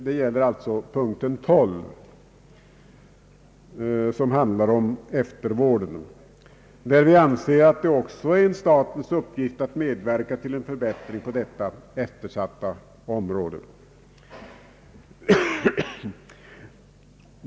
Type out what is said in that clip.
Det gäller alltså punkten 12 som handlar om eftervården, där vi anser att det också är en statens uppgift att medverka till en förbättring för detta eftersatta område.